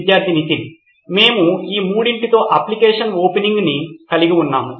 విద్యార్థి నితిన్ మేము మూడింటితో అప్లికేషన్ ఓపెనింగ్ కలిగి ఉన్నాము